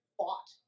bought